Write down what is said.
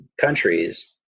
countries